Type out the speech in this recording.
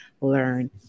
learn